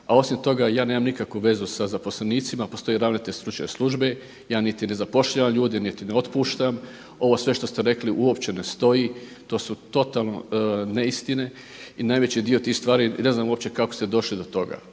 a osim toga ja nemam nikakvu vezu sa zaposlenicima, postoji ravnatelj stručne službe, ja niti ne zapošljavam ljude niti ne otpuštam. Ovo sve što ste rekli uopće ne stoji, to su totalno neistine i najveći dio tih stvari i ne znam uopće kako ste došli do toga.